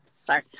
sorry